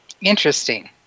Interesting